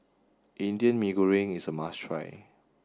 Indian Mee Goreng is a must try